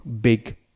big